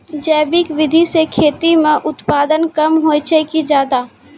जैविक विधि से खेती म उत्पादन कम होय छै कि ज्यादा?